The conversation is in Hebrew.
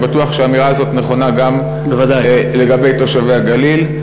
אני בטוח שהאמירה הזאת נכונה גם לגבי תושבי הגליל,